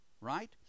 right